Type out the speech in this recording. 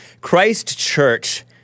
Christchurch